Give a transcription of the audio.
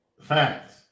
Facts